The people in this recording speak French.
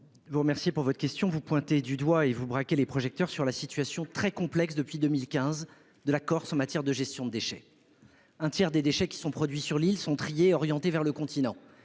Vous remercier pour votre question, vous pointez du doigt et vous braquer les projecteurs sur la situation très complexe depuis 2015 de la Corse en matière de gestion de déchets. Un tiers des déchets qui sont produits sur l'île sont triées orientées vers le continent